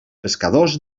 pescadors